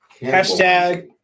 hashtag